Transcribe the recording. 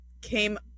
came